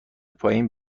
پایین